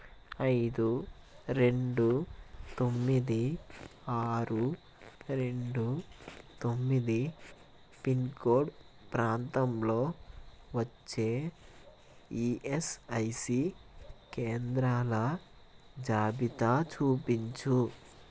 ఐదు రెండు తొమ్మిది ఆరు రెండు తొమ్మిది పిన్ కోడ్ ప్రాంతంలో వచ్చే ఈయస్ఐసి కేంద్రాల జాబితా చూపించు